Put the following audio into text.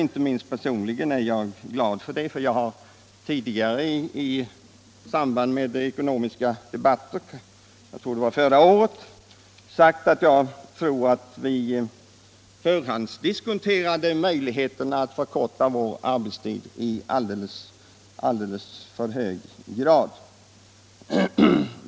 Inte minst personligen är jag glad för det, för jag har tidigare i ekonomiska debatter — jag tror bl.a. det var förra året — sagt att jag anser att vi förhandsdiskonterat möjligheterna att förkorta vår arbetstid i alldeles för hög grad.